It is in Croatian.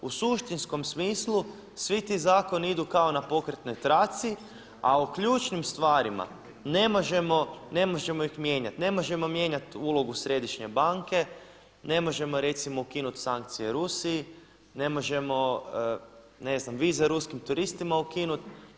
U suštinskom smislu svi ti zakoni idu kao na pokretnoj traci, a o ključnim stvarima ne možemo ih mijenjati, ne možemo mijenjati ulogu Središnje banke, ne možemo recimo ukinut sankcije Rusiji, ne možemo ne znam vize ruskim turistima ukinuti.